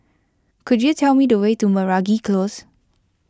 could you tell me the way to Meragi Close